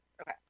Okay